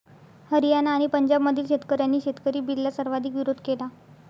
हरियाणा आणि पंजाबमधील शेतकऱ्यांनी शेतकरी बिलला सर्वाधिक विरोध केला